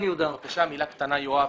מילה קטנה ליואב.